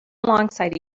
alongside